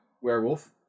werewolf